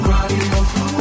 Radio